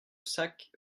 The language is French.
sac